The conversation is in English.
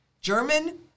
German